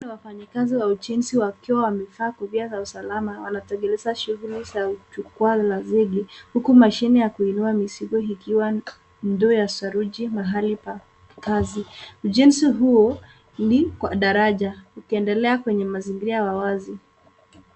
Hawa ni wafanyakazi wa ujenzi wakiwa wamevaa kuvia vya usalama wanatekeleza shughuli za uchukuzi wa zege huku mashine ya kuinua mizigo ikiwa ndio ya Saruji mahali pa kazi. Ujenzi huo ni wa daraja ukiendelea kwenye mazingira ya wazi.